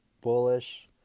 bullish